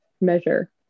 measure